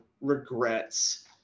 regrets